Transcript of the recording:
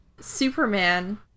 Superman